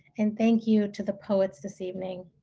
and thank you to the poets this evening.